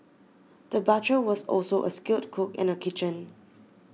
the butcher was also a skilled cook in the kitchen